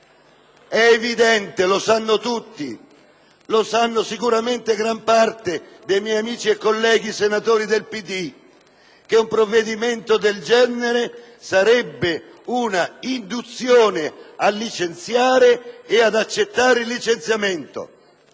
è evidente - lo sanno tutti, in particolare gran parte dei miei amici e colleghi senatori del PD - che un provvedimento del genere sarebbe un'induzione a licenziare e ad accettare il licenziamento,